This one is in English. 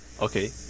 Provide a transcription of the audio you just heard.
Okay